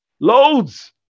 loads